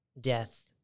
death